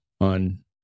on